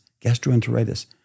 gastroenteritis